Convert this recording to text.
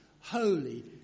holy